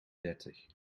dertig